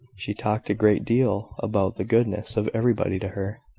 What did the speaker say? she talked a great deal about the goodness of everybody to her,